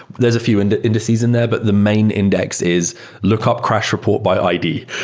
there's a few and indices in there, but the main index is lookup crash report by id.